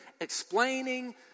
explaining